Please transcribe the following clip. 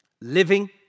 Living